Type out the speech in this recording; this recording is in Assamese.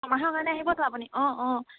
ছমাহৰ কাৰণে আহিবটো আপুনি অঁ অঁ